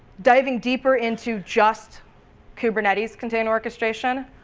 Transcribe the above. diving deeper into just kubernetes container orchestration,